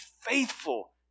faithful